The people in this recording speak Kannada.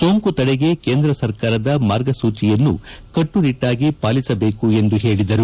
ಸೋಂಕು ತಡೆಗೆ ಕೇಂದ್ರ ಸರ್ಕಾರದ ಮಾರ್ಗಸೂಚಿಯನ್ನು ಕಟ್ಟುನಿಟ್ಟಾಗಿ ಪಾಲಿಸಬೇಕು ಎಂದು ಹೇಳಿದರು